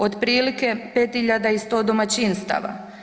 Otprilike 5100 domaćinstava.